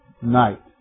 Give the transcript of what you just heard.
night